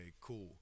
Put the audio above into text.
cool